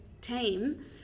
team